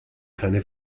keine